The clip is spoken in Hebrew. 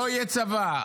לא יהיה צבא.